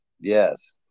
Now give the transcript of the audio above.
Yes